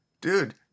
Dude